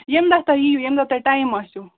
ییٚمہِ دۄہ تۄہہِ یی یِو ییٚمہِ دۄہ تۄہہِ ٹایم آسٮ۪و